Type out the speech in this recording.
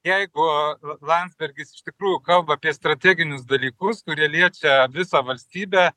jeigu la landsbergis iš tikrųjų kalba apie strateginius dalykus kurie liečia visą valstybę